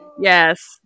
yes